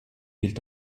gilt